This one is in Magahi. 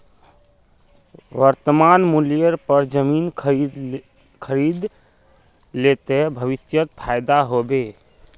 वर्तमान मूल्येर पर जमीन खरीद ले ते भविष्यत फायदा हो बे